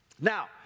Now